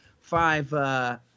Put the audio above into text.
five